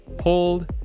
hold